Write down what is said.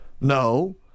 no